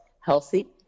healthy